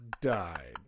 died